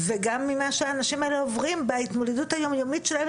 וגם ממה שהאנשים האלה עוברים בהתמודדות היומיומית שלהם,